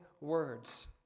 words